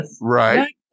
Right